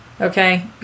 Okay